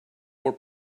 more